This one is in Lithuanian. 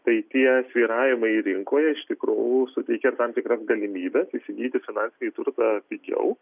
tai tie svyravimai rinkoje iš tikrųjų suteikia tam tikras galimybes įsigyti finansinį turtą pigiau